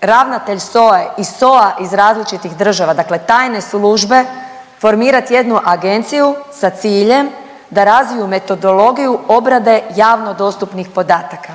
ravnatelj SOA-e i SOA iz različitih država, dakle tajne službe formirati jednu agenciju sa ciljem da razviju metodologiju obrade javno dostupnih podataka,